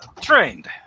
trained